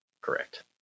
Correct